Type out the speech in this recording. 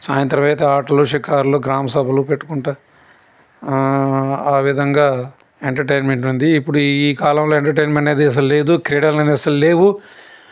సాయంత్రం అయితే ఆటలు షికార్లు గ్రామసభలు పెట్టుకుంటా ఆ విధంగా ఎంటర్టైన్మెంట్ ఉంది ఇప్పుడు ఈ కాలంలో ఎంటర్టైన్మెంట్ అనేది అసలు లేదు క్రీడలు అనేవి అసలు లేవు